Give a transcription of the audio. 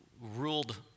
ruled